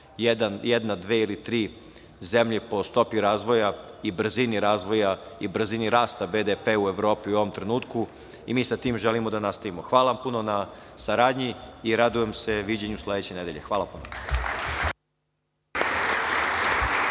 jedna, dva ili tri zemlje po stopi razvoja i brzini razvoja i brzini rasta BDP-a u Evropi u ovom trenutku i mi sa tim želimo da nastavimo. Hvala vam puno na saradnji. Radujem se viđenju sledeće nedelje. Hvala puno.